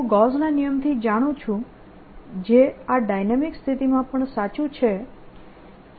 હું ગૌસના નિયમથી હું જાણું છું જે આ ડાયનેમીક સ્થિતિમાં પણ સાચું છે કે